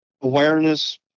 awareness